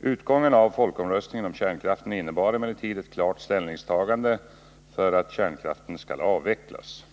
Utgången av folkomröstningen om kärnkraften innebar emellertid ett klart ställningstagande för att kärnkraften skall avvecklas.